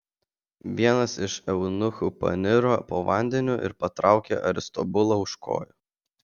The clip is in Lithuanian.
vienas iš eunuchų paniro po vandeniu ir patraukė aristobulą už kojų